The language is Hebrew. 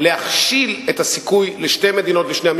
זה רק טבעי שלפלסטינים תהיה מדינה עצמאית.